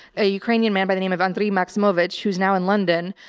a ukrainian man by the name of anthony maximovich who's now in london,